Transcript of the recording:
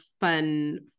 fun